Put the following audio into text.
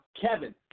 Kevin